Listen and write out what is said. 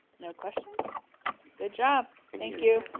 no questions good job. thank you